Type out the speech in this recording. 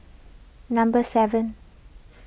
number seven